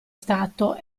stato